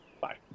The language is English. bye